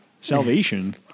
Salvation